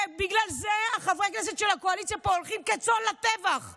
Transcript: ובגלל זה חברי הכנסת של הקואליציה פה הולכים כצאן לטבח,